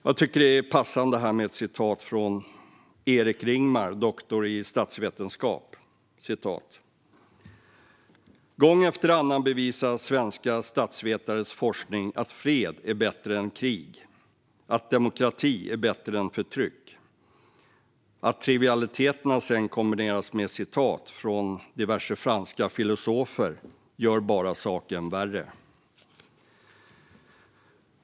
Jag tycker att det är passande med ett citat från Erik Ringmar, doktor i statsvetenskap, här: "Gång efter annan bevisar svenska statsvetares forskning att fred är bättre än krig, att demokrati är bättre än förtryck . Att trivialiteterna sedan kombineras med citat från diverse franska filosofer gör bara saken värre."